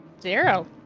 Zero